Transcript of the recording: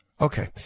okay